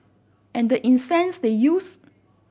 and the incense they used